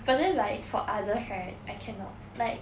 but then like for others right I cannot like